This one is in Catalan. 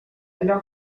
allò